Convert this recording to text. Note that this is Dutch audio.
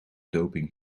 doping